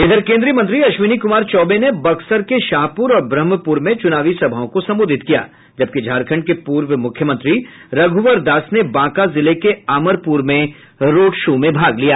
इधर केन्द्रीय मंत्री अश्विनी कुमार चौबे ने बक्सर के शाहपूर और ब्रह्मपुर में चुनावी सभाओं को संबोधित किया जबकि झारखंड के पूर्व मुख्यमंत्री रघुवर दास ने बांका जिले के अमरपुर में रोड शो में भाग लिया